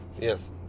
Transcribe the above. Yes